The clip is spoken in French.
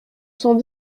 cent